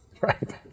Right